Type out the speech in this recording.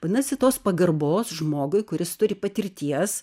vadinasi tos pagarbos žmogui kuris turi patirties